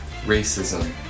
racism